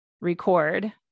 record